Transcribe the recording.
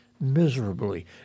miserably